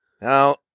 Now